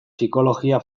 psikologia